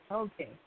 Okay